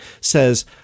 Says